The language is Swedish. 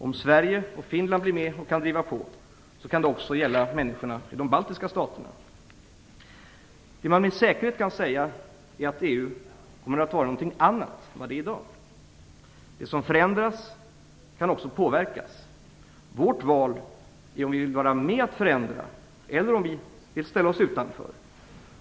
Om Sverige och Finland blir medlemmar och kan driva på, kan det också gälla människorna i de baltiska staterna. Vad vi med säkerhet kan säga är att EU kommer att vara någonting annat än vad det är i dag. Det som förändras kan också påverkas. Vårt val gäller om vi vill vara med och förändra eller om vi vill ställa oss utanför.